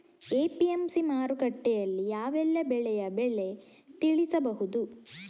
APMC ಮಾರುಕಟ್ಟೆಯಲ್ಲಿ ಯಾವೆಲ್ಲಾ ಬೆಳೆಯ ಬೆಲೆ ತಿಳಿಬಹುದು?